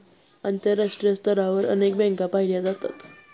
आंतरराष्ट्रीय स्तरावर अनेक बँका पाहिल्या जातात